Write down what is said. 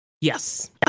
yes